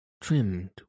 trimmed